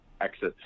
exits